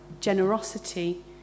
generosity